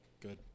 Good